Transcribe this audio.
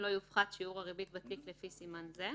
) לא יופחת שיעור הריבית בתיק לפי סימן זה,